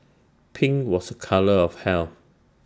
pink was A colour of health